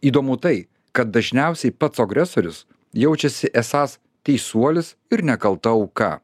įdomu tai kad dažniausiai pats agresorius jaučiasi esąs teisuolis ir nekalta auka